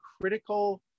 critical